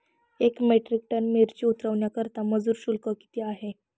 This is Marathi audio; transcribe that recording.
एक मेट्रिक टन मिरची उतरवण्याकरता मजूर शुल्क किती आहे?